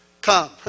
come